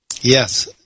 Yes